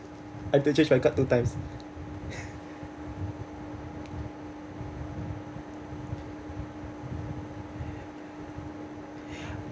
I have to change my card two times